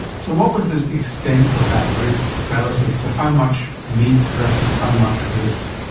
so what was the extent of that risk relative to how much meat versus how much risk?